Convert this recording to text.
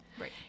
Right